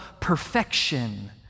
perfection